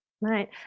Right